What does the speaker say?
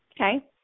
okay